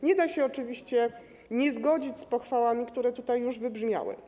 Nie da się oczywiście nie zgodzić z pochwałami, które tutaj już wybrzmiały.